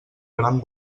gran